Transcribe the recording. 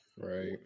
Right